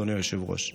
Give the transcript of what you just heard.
אדוני היושב-ראש.